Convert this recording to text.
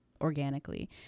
organically